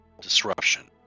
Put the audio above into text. disruption